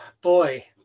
boy